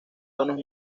tonos